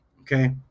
Okay